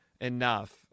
enough